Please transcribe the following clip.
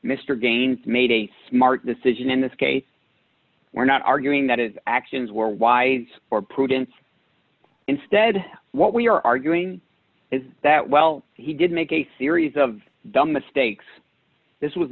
mr gains made a smart decision in this case we're not arguing that his actions were wise or prudence instead what we're arguing is that while he did make a series of dumb mistakes this was